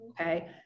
Okay